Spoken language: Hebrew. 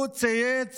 הוא צייץ